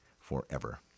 forever